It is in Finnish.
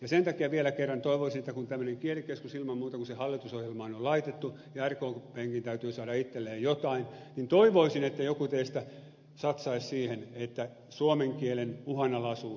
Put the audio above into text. ja sen takia vielä kerran toivoisin että kun tämmöinen kielikeskus ilman muuta tulee kun se hallitusohjelmaan on laitettu ja rkpnkin täytyy saada itselleen jotain niin toivoisin että joku teistä satsaisi siihen että suomen kielen uhanalaisuus